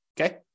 okay